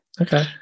Okay